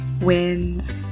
wins